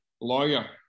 lawyer